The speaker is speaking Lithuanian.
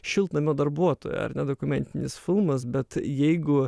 šiltnamio darbuotoją ar ne dokumentinis filmas bet jeigu